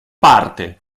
parte